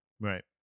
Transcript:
Right